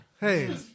Hey